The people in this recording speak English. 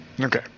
Okay